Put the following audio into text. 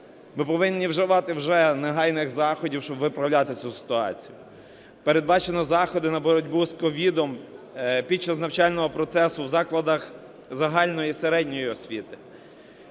Ми повинні вживати вже негайних заходів, щоб виправляти цю ситуацію. Передбачені заходи на боротьбу з COVID під час навчального процесу в закладах загальної і середньої освіти.